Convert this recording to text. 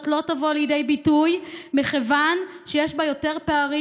לא תבוא לידי ביטוי מכיוון שיש בה יותר פערים,